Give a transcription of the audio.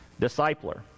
discipler